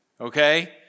Okay